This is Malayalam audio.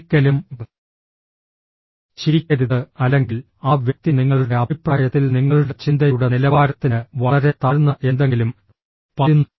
ഒരിക്കലും ചിരിക്കരുത് അല്ലെങ്കിൽ ആ വ്യക്തി നിങ്ങളുടെ അഭിപ്രായത്തിൽ നിങ്ങളുടെ ചിന്തയുടെ നിലവാരത്തിന് വളരെ താഴ്ന്ന എന്തെങ്കിലും പറയുന്നു